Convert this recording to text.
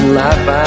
life